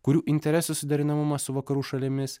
kurių interesų suderinamumas su vakarų šalimis